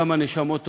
כמה נשמות טובות,